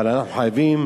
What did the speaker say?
אבל אנחנו חייבים